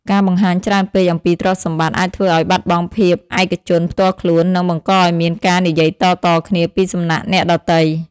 ការបង្ហាញច្រើនពេកអំពីទ្រព្យសម្បត្តិអាចធ្វើឱ្យបាត់បង់ភាពឯកជនផ្ទាល់ខ្លួន និងបង្កឱ្យមានការនិយាយតៗគ្នាពីសំណាក់អ្នកដទៃ។